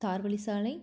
தார்வழி சாலை